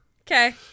Okay